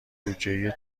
بودجهای